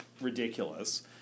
ridiculous